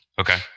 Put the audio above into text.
Okay